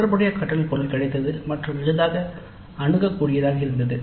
தொடர்புடைய கற்றல் பொருள் கிடைத்தது மற்றும் எளிதாக அணுகக் கூடியதாக இருந்தது